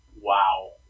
Wow